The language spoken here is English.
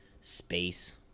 space